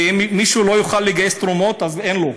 ואם מישהו לא יוכל לגייס תרומות, אז אין לו.